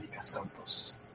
Santos